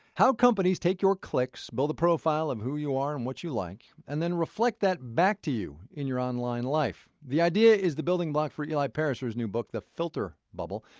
how companies take your clicks, build a profile of who you are and what you like, and reflect that back to you in your online life. the idea is the building block for eli pariser's new book, the filter bubble,